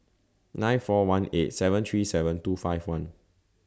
nine four one eight seven three seven two five one